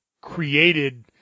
created